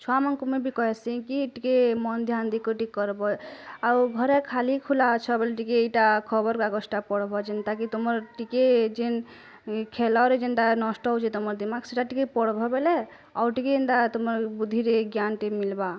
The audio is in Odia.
ଛୁଆମାନଙ୍କୁ ମୁଇଁ ବି କହିସି କି ଟିକେ ମାନ୍ ଧ୍ୟାନ୍ ଦେଇକିରୀ ଟିକେ କରବ୍ ଆଉ ଘରେ ଖାଲି ଖୋଲା ଅଛ ବୋଲି ଟିକେ ଏଇଟା ଖବର କାଗଜ ଟା ପଢ଼ବ୍ ଯେନ୍ତା କି ତୁମର୍ ଟିକେ ଯେନ୍ ଖେଳରେ ଯେନ୍ତା ନଷ୍ଟ ହେଉଛି ତୁମର୍ ଦିମାକ୍ ସେଇଟା ଟିକେ ପାଢ଼ବ ବୋଲେ ଆଉ ଟିକେ ଏନ୍ତା ତୁମର୍ ବୁଦ୍ଧିରେ ଜ୍ଞାନ୍ ଟିକେ ମିଳିବା୍